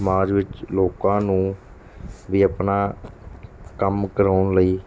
ਸਮਾਜ ਵਿੱਚ ਲੋਕਾਂ ਨੂੰ ਵੀ ਆਪਣਾ ਕੰਮ ਕਰਾਉਣ ਲਈ